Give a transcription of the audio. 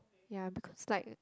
ya because like